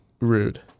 Rude